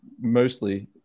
mostly